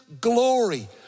glory